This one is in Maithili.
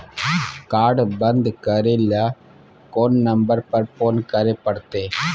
कार्ड बन्द करे ल कोन नंबर पर फोन करे परतै?